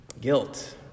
guilt